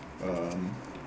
um